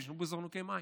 שהשתמשו בזרנוקי מים.